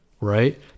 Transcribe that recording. right